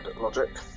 logic